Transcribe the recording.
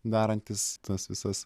darantys tas visas